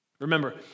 Remember